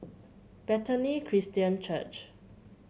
Bethany Christian Church